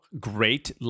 great